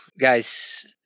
guys